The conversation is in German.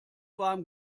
warm